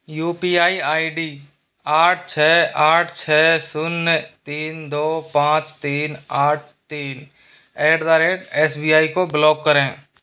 you P I I D आठ छ आठ छ शून्य तीन दौ पाँच तीन आठ तीन at the rate S B I को ब्लॉक करें